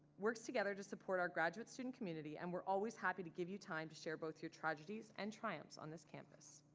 works together to support our graduate student community and we're always happy to give you time to share both your tragedies and triumphs on this campus.